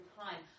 time